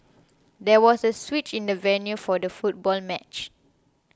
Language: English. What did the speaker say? there was a switch in the venue for the football match